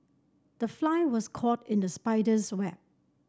the fly was caught in the spider's web